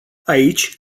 aici